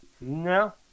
No